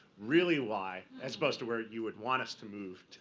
really why, as opposed to where you would want us to move.